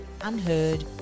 unheard